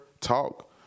talk